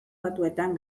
batuetan